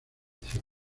canción